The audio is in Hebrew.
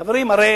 חברים, הרי